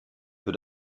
für